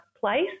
place